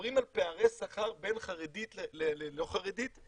שמדברים על פערי שכר בין חרדית ללא חרדית,